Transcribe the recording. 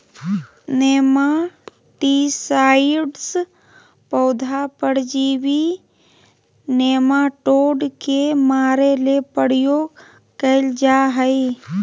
nematicides पौधा परजीवी nematode के मारे ले प्रयोग कयल जा हइ